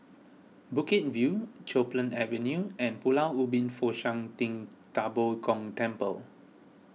Bukit View Copeland Avenue and Pulau Ubin Fo Shan Ting Da Bo Gong Temple